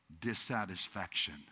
dissatisfaction